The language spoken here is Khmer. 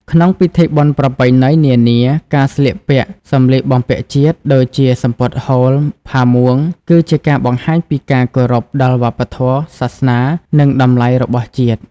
ក្នុងពិធីបុណ្យប្រពៃណីនានា ការស្លៀកពាក់សម្លៀកបំពាក់ជាតិ ដូចជាសំពត់ហូល ផាមួង គឺជាការបង្ហាញពីការគោរពដល់វប្បធម៌ សាសនា និងតម្លៃរបស់ជាតិ។